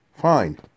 fine